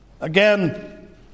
Again